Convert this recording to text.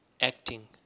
acting